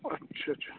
ਅੱਛਾ ਅੱਛਾ